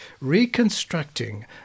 Reconstructing